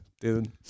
Dude